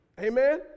Amen